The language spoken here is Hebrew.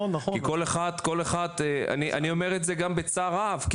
אני אומר את זה גם בצער רב,